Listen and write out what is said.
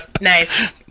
Nice